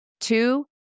Two